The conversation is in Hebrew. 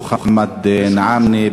מוחמד נעאמנה,